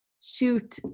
Shoot